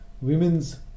women's